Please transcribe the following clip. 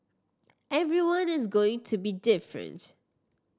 everyone is going to be different